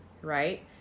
right